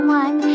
one